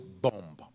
bomb